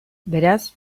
beraz